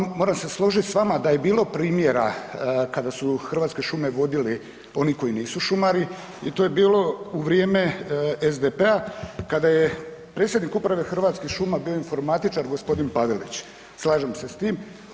Bar vam, moram se složit s vama da je bilo primjera kada su Hrvatske šume vodili oni koji nisu šumari i to je bilo u vrijeme SDP-a kada je predsjednik uprave Hrvatskih šuma bio informatičar g. Pavelić, slažem se s tim.